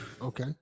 Okay